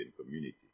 community